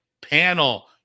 panel